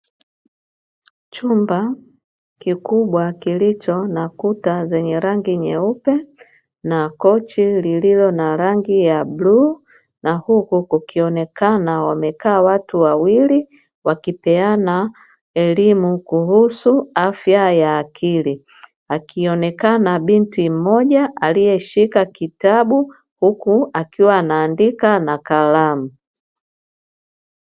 Chumba kikubwa kilicho na kuta zenye rangi nyeupe na kochi lililo na rangi ya bluu, na huku kukionekana wamekaa watu wawili wakipeana elimu kuhusu afya ya akili. Akionekana binti mmoja aliyeshika kitabu huku akiwa anaandika na kalamu.